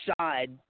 side